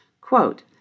Quote